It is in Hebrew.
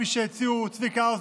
כפי שהציעו צביקה האוזר,